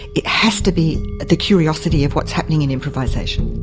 it has to be the curiosity of what's happening in improvisation.